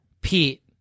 Pete